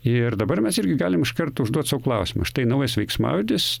ir dabar mes irgi galim iškart užduot sau klausimą štai naujas veiksmažodis